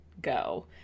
go